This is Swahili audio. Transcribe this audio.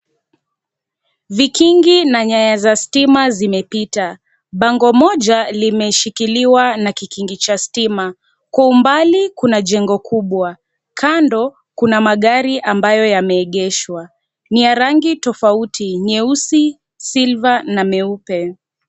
Vikingi na nyaya za sitima zimepita, bango moja limeshikiliwa na kikingi cha stima kwa umbali kuna jengo kubwa kando kuna magari ambayo yameegeshwa ni ya rangi tofauti ,nyeusi, siliver na meupe.